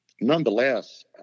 nonetheless